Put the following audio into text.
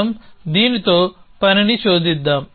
మనం దీనితో పనిని శోధిద్దాం